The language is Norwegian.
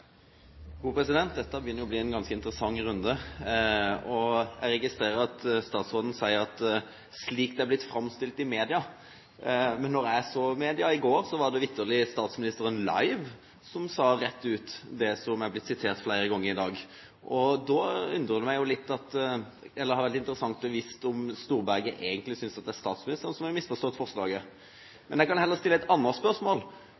Dette begynner å bli en ganske interessant runde. Jeg registrerer at statsråden sier slik det «er blitt framstilt i media», men da jeg så media i går, var det vitterlig statsministeren «live» som rett ut sa det som er blitt sitert flere ganger i dag, og da hadde det vært interessant å vite om Storberget egentlig synes at det er statsministeren som har misforstått forslaget. Men jeg kan heller stille et annet spørsmål,